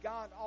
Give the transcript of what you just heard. God